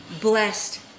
blessed